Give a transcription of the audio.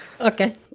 Okay